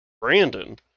Brandon